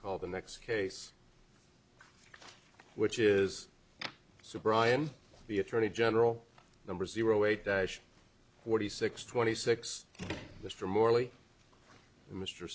call the next case which is so brian the attorney general number zero eight forty six twenty six mr morley mr